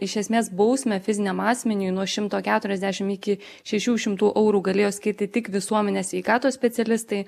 iš esmės bausmę fiziniam asmeniui nuo šimto keturiasdešim iki šešių šimtų eurų galėjo skirti tik visuomenės sveikatos specialistai